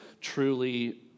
truly